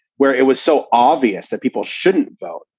where it was so obvious that people shouldn't vote.